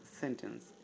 sentence